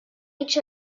each